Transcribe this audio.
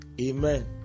Amen